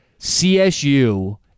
CSU